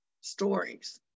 stories